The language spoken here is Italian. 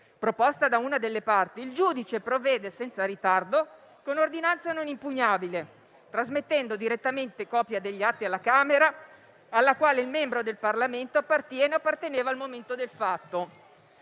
proposta da una delle parti, il giudice provvede senza ritardo con ordinanza non impugnabile, trasmettendo direttamente copia degli atti alla Camera alla quale il membro del Parlamento appartiene o apparteneva al momento del fatto.